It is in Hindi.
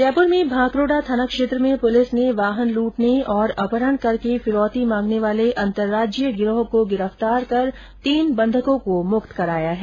जयपुर में भांकरोटा थाना क्षेत्र में पुलिस ने वाहन लूटने और अपहरण करके फिरौती मांगने वाले अंतर्रोज्यीय गिरोह को गिरफ्तार करके तीन बंधकों को मुक्त कराया है